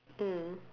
mm